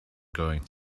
going